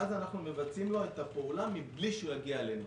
ואז אנחנו מבצעים לו את הפעולה מבלי שהוא יגיע אלינו.